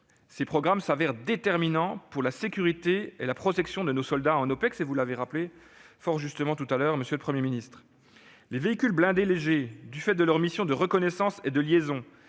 Ces programmes s'avèrent déterminants pour la sécurité et la protection de nos soldats en OPEX, comme vous l'avez fort justement rappelé, monsieur le Premier ministre. Les véhicules blindés légers, du fait des missions de reconnaissance et de liaison